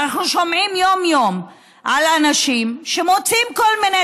ואנחנו שומעים יום-יום על אנשים שמוצאים כל מיני